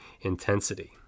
intensity